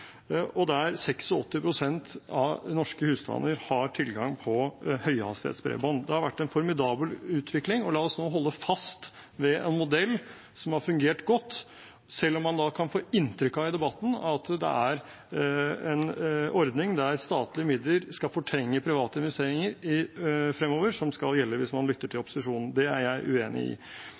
og der 86 pst. av norske husstander har tilgang på høyhastighets bredbånd. Det har vært en formidabel utvikling. La oss nå holde fast ved en modell som har fungert godt, selv om man i debatten kan få inntrykk av at det er en ordning der statlige midler skal fortrenge private investeringer som skal gjelde fremover, hvis man lytter til opposisjonen. Det er jeg uenig i.